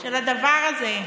של הדבר הזה.